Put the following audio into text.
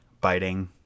biting